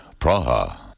Praha